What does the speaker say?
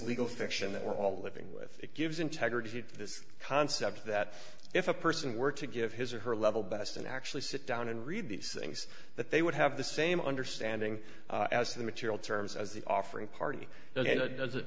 legal fiction that we're all living with it gives integrity to this concept that if a person were to give his or her level best and actually sit down and read these things that they would have the same understanding as the material terms as the offering party does it